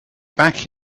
back